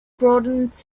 broadened